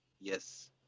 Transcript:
Yes